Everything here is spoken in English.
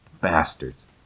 bastards